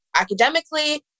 academically